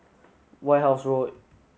White House Road